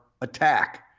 Attack